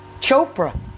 Chopra